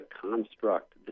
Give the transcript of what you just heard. construct